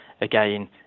Again